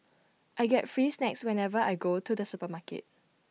I get free snacks whenever I go to the supermarket